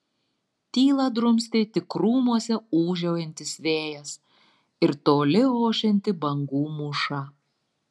tylą drumstė tik krūmuose ūžaujantis vėjas ir toli ošianti bangų mūša